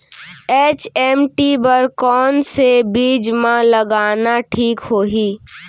HMT बर कौन से बीज मा लगाना ठीक होही?